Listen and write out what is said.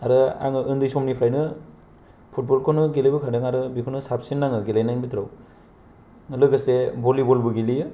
आरो आङो उन्दै समनिफ्रायनो फुटबलखौनो गेलेबोखादों आरो बेखौैनो साबसिन नाङो गेलेनायनि बिथोराव लोगोसे भलि बलबो गेलेयो